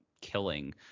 killing